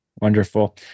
Wonderful